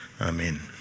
Amen